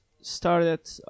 started